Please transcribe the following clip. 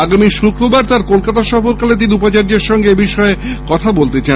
আগামী শুক্রবার তাঁর কলকাতা সফর কালে তিনি উপাচার্যের সঙ্গে এবিষয়ে কথা বলতে চান